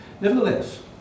Nevertheless